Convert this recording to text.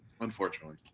unfortunately